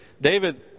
David